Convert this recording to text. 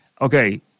Okay